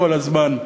כל הזמן,